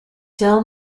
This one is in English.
del